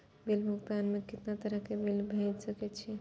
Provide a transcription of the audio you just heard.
Bill भुगतान में कितना तरह के बिल भेज सके छी?